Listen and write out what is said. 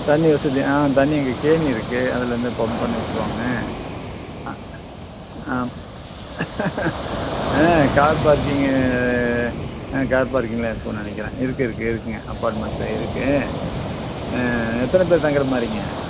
தண்ணி வசதி ஆ தண்ணி இங்கே கேணி இருக்குது அதிலேந்து பம்ப் பண்ணிவிட்ருவாங்க ஆ ஆ கார் பார்க்கிங்கு ஆ கார் பார்க்கிங்லாம் இருக்குதுன்னு நினைக்கிறேன் இருக்குது இருக்குது இருக்குதுங்க அப்பார்ட்மெண்ட்டில் இருக்குது எத்தனைப் பேர் தங்கிற மாதிரிங்க